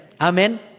Amen